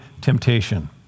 temptation